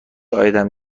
عایدم